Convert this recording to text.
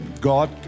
God